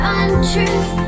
untruth